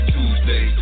Tuesday